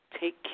take